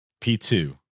p2